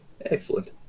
Excellent